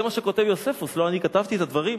זה מה שכותב יוספוס, לא אני כתבתי את הדברים.